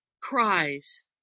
cries